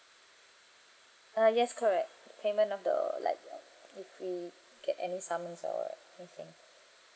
uh yes correct payment of the like uh if we get any summons or anything